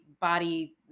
body